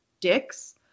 dicks